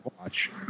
watch